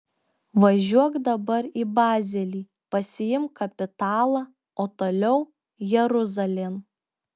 važiuok dabar į bazelį pasiimk kapitalą o toliau jeruzalėn